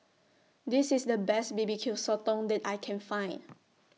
This IS The Best B B Q Sotong that I Can Find